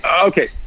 okay